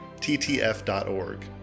ttf.org